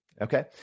Okay